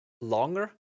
longer